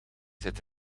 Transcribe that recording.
zit